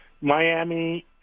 Miami